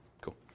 Cool